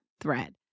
thread